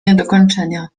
niedokończenia